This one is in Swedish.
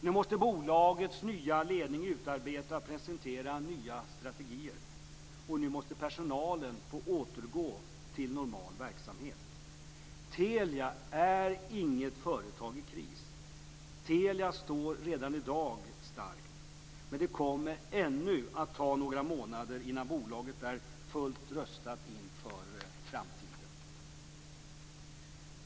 Nu måste bolagets nya ledning utarbeta och presentera nya strategier. Nu måste personalen få återgå till normal verksamhet. Telia är inget företag i kris. Telia står redan i dag starkt. Det kommer att ta ännu några månader innan bolaget är fullt rustat inför framtiden.